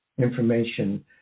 information